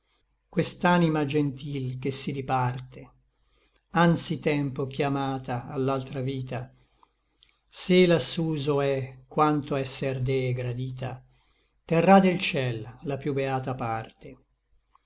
questa anima gentil che si diparte anzi tempo chiamata a l'altra vita se lassuso è quanto esser d gradita terrà del ciel la piú beata parte